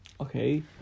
Okay